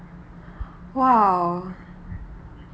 !wow!